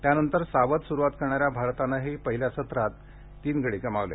त्यानंतर सावध स्रुवात करणाऱ्या भारतानंही पहिल्या सत्रात तीन गडी गमावले